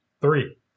Three